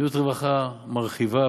מדיניות רווחה מרחיבה.